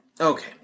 Okay